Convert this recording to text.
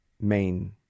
main